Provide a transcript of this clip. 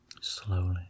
slowly